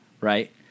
right